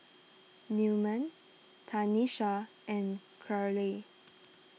Newman Tanisha and Karyl